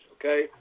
okay